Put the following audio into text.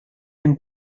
han